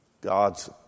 God's